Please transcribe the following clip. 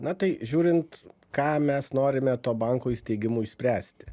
na tai žiūrint ką mes norime tuo banko įsteigimu išspręsti